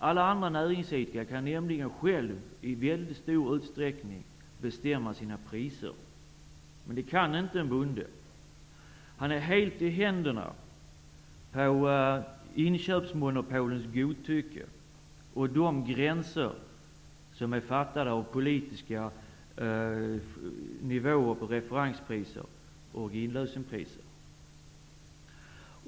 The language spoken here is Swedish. Alla andra näringsidkare kan själv i mycket stor utsträckning bestämma sina priser, men det kan inte en bonde. Han är helt i händerna på inköpsmonopolens godtycke och begränsas av politiskt bestämda referenspriser och inlösenpriser.